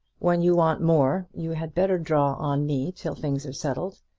when you want more, you had better draw on me, till things are settled.